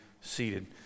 seated